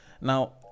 Now